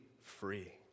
free